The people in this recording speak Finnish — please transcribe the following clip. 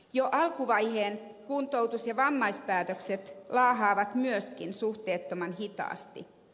jo alkuvaiheen kuntoutus ja vammaispäätökset laahaavat myöskin suhteettoman hitaasti